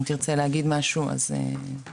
אם תרצה להגיד משהו, אז אתה מוזמן,